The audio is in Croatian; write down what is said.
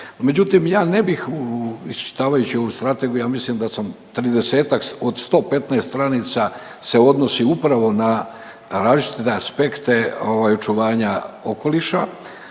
Međutim, ja ne bih iščitavajući ovu strategiju ja mislim da sam 30-ak od 115 stranica se odnosi upravo na različite aspekte očuvanja okoliša,